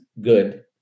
good